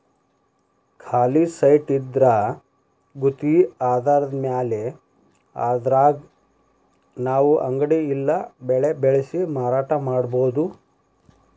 ಖಾಲಿ ಸೈಟಿದ್ರಾ ಗುತ್ಗಿ ಆಧಾರದ್ಮ್ಯಾಲೆ ಅದ್ರಾಗ್ ನಾವು ಅಂಗಡಿ ಇಲ್ಲಾ ಬೆಳೆ ಬೆಳ್ಸಿ ಮಾರಾಟಾ ಮಾಡ್ಬೊದು